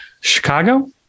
Chicago